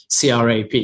CRAP